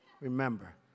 Remember